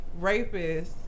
rapists